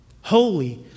Holy